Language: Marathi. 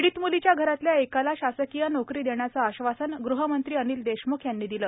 पीडित मुलीच्या घरातल्या एकाला शासकीय नोकरी देण्याचं आश्वासन गृहमंत्री अनिल देखमुख यांनी दिलं